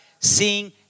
seeing